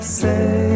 say